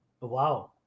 Wow